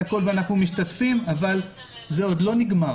אבל התהליך הזה עוד לא נגמר.